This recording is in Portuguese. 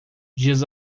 dias